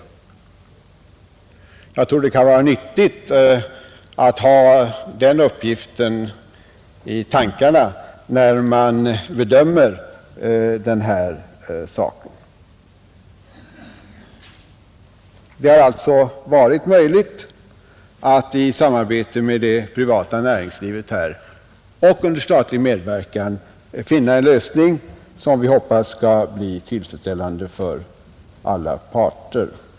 Jag tror det kan vara nyttigt att ha den uppgiften i tankarna när man bedömer den här saken. Det har alltså varit möjligt att i samarbete med det privata näringslivet och under statlig medverkan finna en lösning som vi hoppas skall bli tillfredsställande för alla parter.